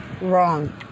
wrong